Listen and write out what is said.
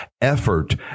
effort